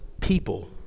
people